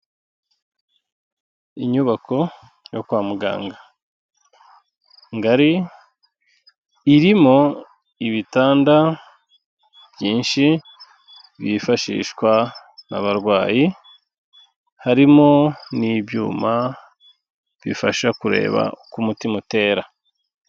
Inyubako yo kwa muganga, ngari irimo ibitanda byinshi byifashishwa n'abarwayi, harimo n'ibyuma bifasha kureba uko umutima utera.